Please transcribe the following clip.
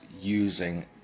using